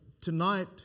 tonight